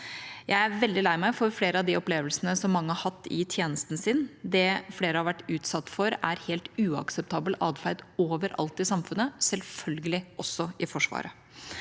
Jeg er veldig lei meg for flere av de opplevelsene som mange har hatt i tjenesten sin. Det flere har vært utsatt for, er helt uakseptabel atferd overalt i samfunnet, og selvfølgelig også i Forsvaret.